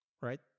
Right